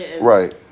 Right